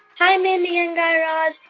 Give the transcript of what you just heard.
hi, mindy and guy raz.